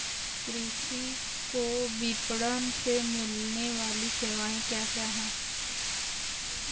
कृषि को विपणन से मिलने वाली सेवाएँ क्या क्या है